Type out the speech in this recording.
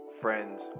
friends